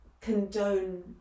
condone